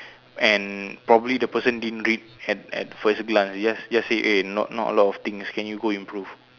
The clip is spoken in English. and probably the person didn't read at at first glance just just say eh not not a lot of things can you go improve